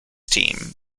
team